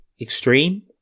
extreme